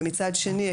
ומצד שני,